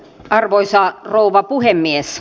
arvoisa rouva puhemies